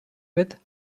with